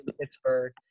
Pittsburgh